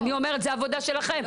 אני אומרת זו עבודה שלכם.